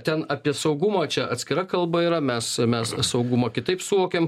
ten apie saugumo čia atskira kalba yra mes mes saugumo kitaip suvokėm